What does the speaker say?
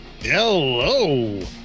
Hello